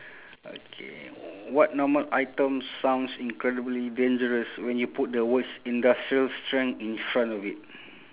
okay what normal item sounds incredibly dangerous when you put the words industrial strength in front of it